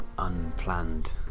unplanned